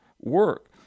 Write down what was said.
work